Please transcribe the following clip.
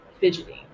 fidgeting